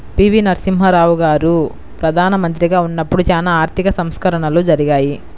పి.వి.నరసింహారావు గారు ప్రదానమంత్రిగా ఉన్నపుడు చానా ఆర్థిక సంస్కరణలు జరిగాయి